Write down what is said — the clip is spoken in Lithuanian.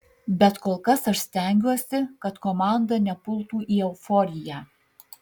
bet kol kas aš stengiuosi kad komanda nepultų į euforiją